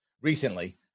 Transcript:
recently